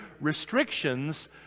restrictions